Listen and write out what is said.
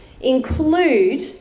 include